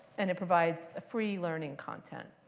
and it provides free learning content.